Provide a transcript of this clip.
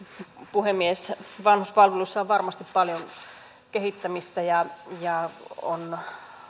puhemies vanhuspalveluissa on varmasti paljon kehittämistä ja ja on